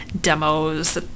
demos